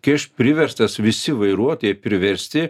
kai aš priverstas visi vairuotojai priversti